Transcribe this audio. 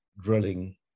drilling